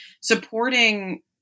supporting